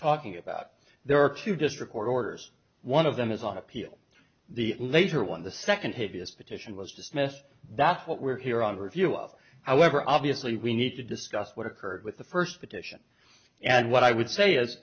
talking about there are two district court orders one of them is on appeal the later one the second hideous petition was dismissed that's what we're here on review of however obviously we need to discuss what occurred with the first petition and what i would say